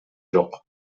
жок